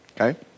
okay